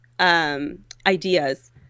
Ideas